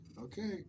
Okay